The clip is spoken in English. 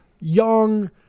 young